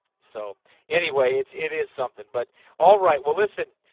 so anyway, it's it is something but all right. well listen